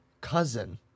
cousin